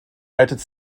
united